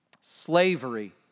Slavery